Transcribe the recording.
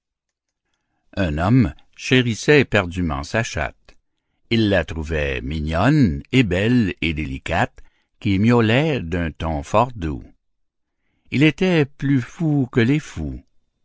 un homme chérissait éperdument sa chatte il la trouvait mignonne et belle et délicate qui miaulait d'un ton fort doux il était plus fou que les fous